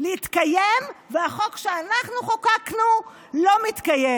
להתקיים והחוק שאנחנו חוקקנו לא מתקיים.